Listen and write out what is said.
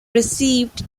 received